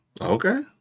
Okay